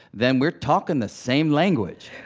then we're talking the same language.